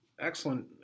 excellent